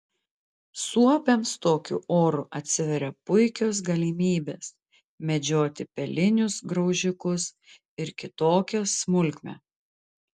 suopiams tokiu oru atsiveria puikios galimybės medžioti pelinius graužikus ir kitokią smulkmę